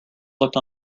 looked